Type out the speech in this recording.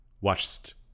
watched